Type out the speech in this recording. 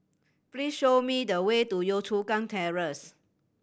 please show me the way to Yio Chu Kang Terrace